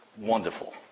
wonderful